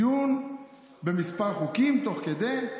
דיון בכמה חוקים תוך כדי,